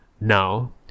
Now